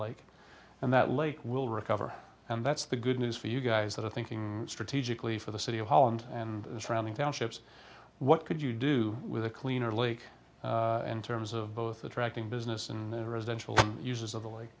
lake and that lake will recover and that's the good news for you guys that are thinking strategically for the city of holland and surrounding townships what could you do with a cleaner lake in terms of both attracting business and residential uses of the lake